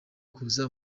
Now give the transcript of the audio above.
kuza